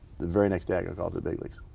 the very next day i and the big league.